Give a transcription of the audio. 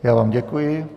Já vám děkuji.